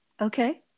okay